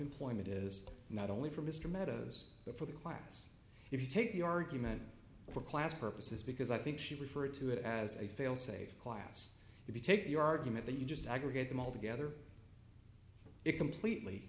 employment is not only for mr meadows but for the class if you take the argument for class purposes because i think she referred to it as a failsafe class if you take the argument that you just aggregate them all together it completely